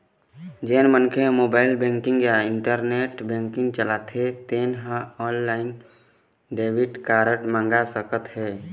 जेन मनखे ह मोबाईल बेंकिंग या इंटरनेट बेंकिंग चलाथे तेन ह ऑनलाईन डेबिट कारड मंगा सकत हे